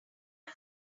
one